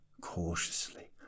cautiously